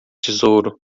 tesouro